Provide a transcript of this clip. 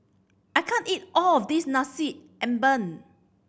I can't eat all of this Nasi Ambeng